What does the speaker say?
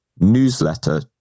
newsletter